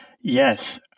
Yes